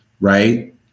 right